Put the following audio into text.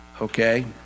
okay